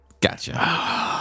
Gotcha